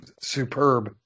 superb